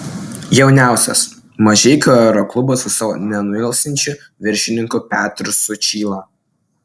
jauniausias mažeikių aeroklubas su savo nenuilstančiu viršininku petru sučyla